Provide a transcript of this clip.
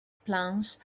plans